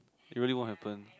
it really won't happen